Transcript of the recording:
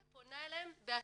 ופונה אליהם בעצמה.